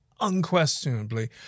unquestionably